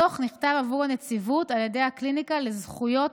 הדוח נכתב עבור הנציבות על ידי הקליניקה לזכויות